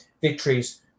victories